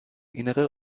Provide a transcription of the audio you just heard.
innere